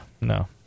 no